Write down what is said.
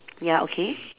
ya okay